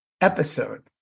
episode